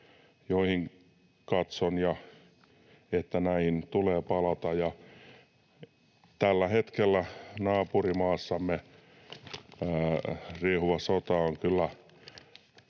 että katson, että niihin tulee palata. Tällä hetkellä naapurimaassamme riehuva sota kyllä